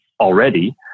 already